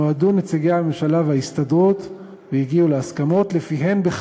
נועדו חברי הממשלה וההסתדרות והגיעו להסכמות שלפיהן,